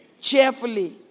cheerfully